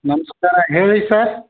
ನಮಸ್ಕಾರ ಹೇಳಿ ಸರ್